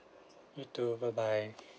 you too bye bye